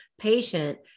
patient